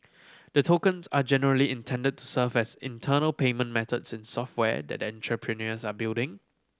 the tokens are generally intended to serve as internal payment methods in software that the entrepreneurs are building